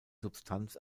substanz